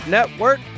Network